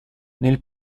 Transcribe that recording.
nel